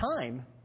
time